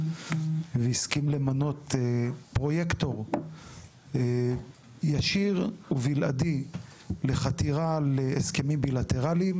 והסכים למנות פרויקטור ישיר ובלעדי לחתירה להסכמים בילטרליים.